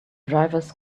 drivers